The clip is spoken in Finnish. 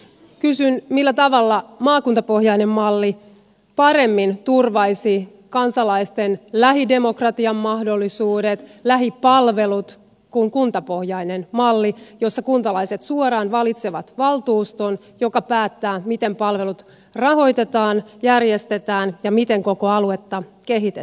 kysyn millä tavalla maakuntapohjainen malli paremmin turvaisi kansalaisten lähidemokratian mahdollisuudet lähipalvelut kuin kuntapohjainen malli jossa kuntalaiset suoraan valitsevat valtuuston joka päättää miten palvelut rahoitetaan järjestetään ja miten koko aluetta kehitetään